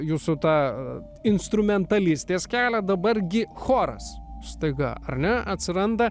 jūsų tą instrumentalistas kelią dabar gi choras staiga ar ne atsiranda